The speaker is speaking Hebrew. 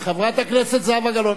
אני שמעתי את חברת הכנסת קירשנבאום.